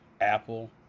Apple